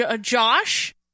Josh